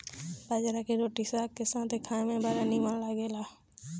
बजरा के रोटी साग के साथे खाए में बड़ा निमन लागेला